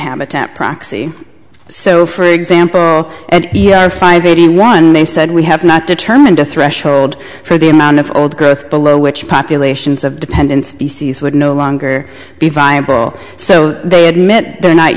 habitat proxy so for example five eighty one they said we have not determined a threshold for the amount of old growth below which populations of dependence species would no longer be viable so they admit they're not